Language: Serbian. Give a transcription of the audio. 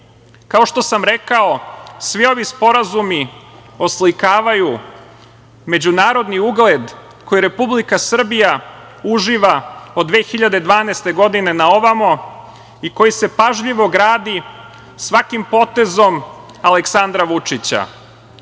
što sam rekao, svi ovi sporazumi oslikavaju međunarodni ugled koji Republika Srbija uživa od 2012. godine, na ovamo i koji se pažljivo gradi svakim potezom, Aleksandra Vučića.